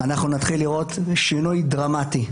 אנחנו נתחיל לראות שינוי דרמטי.